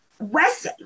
west